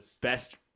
best